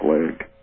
leg